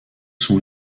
sont